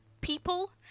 people